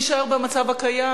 נישאר במצב הקיים?